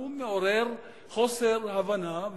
הוא מעורר חוסר הבנה,